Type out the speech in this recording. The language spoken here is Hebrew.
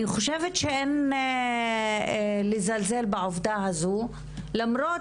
אני חושבת שאין לזלזל בעובדה הזו, למרות